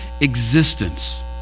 existence